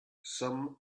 some